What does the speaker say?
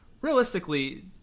realistically